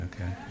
okay